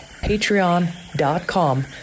patreon.com